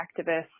activists